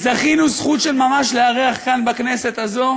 זכות של ממש לארח כאן בכנסת הזאת